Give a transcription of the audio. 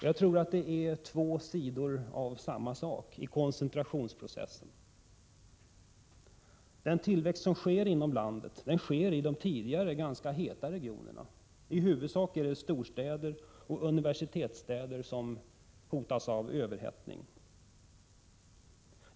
Jag tror att det är två sidor av samma sak i koncentrationsprocessen. Den tillväxt som sker inom landet sker i de tidigare ganska heta regionerna. I huvudsak är det storstäder och universitetsstäder som hotas av överhettning.